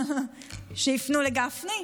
שיפנו לגפני.